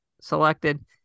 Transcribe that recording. selected